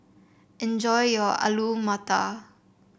enjoy your Alu Matar